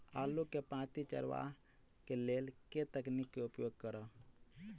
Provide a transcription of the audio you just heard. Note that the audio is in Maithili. आलु केँ पांति चरावह केँ लेल केँ तकनीक केँ उपयोग करऽ?